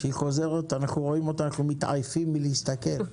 כשהיא חוזרת אנחנו מתעייפים מלהסתכל.